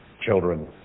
children